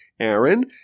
Aaron